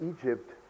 Egypt